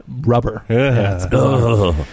rubber